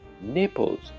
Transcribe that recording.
Naples